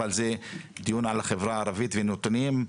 אבל זה דיון על החברה הערבית ונותנים,